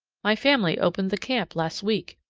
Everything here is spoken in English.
my family opened the camp last week,